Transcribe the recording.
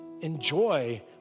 enjoy